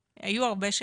היו הרבה שאלות,